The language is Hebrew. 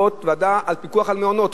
ועדה על חוק הפיקוח על מעונות,